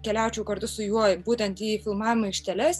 keliaučiau kartu su juo būtent į filmavimo aikšteles